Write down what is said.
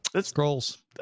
scrolls